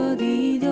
so the the